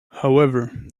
however